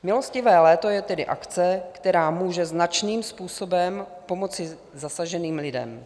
Milostivé léto je tedy akce, která může značným způsobem pomoci zasaženým lidem.